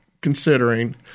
considering